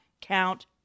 count